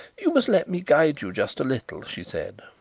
you must let me guide you, just a little, she said.